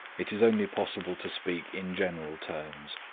it is only possible to speak in general terms.